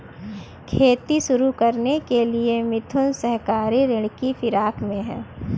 खेती शुरू करने के लिए मिथुन सहकारी ऋण की फिराक में है